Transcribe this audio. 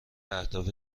اهداف